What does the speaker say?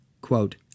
quote